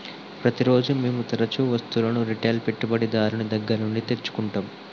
ప్రతిరోజూ మేము తరుచూ వస్తువులను రిటైల్ పెట్టుబడిదారుని దగ్గర నుండి తెచ్చుకుంటం